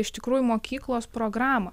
iš tikrųjų mokyklos programą